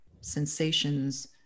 sensations